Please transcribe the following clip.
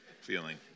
feeling